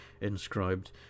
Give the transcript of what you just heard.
inscribed